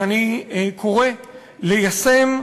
אני קורא ליישם,